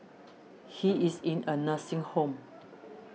he is in a nursing home